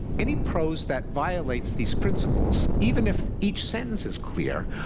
any prose that violates these principles, even if each sentence is clear,